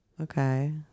Okay